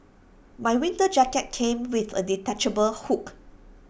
my winter jacket came with A detachable hood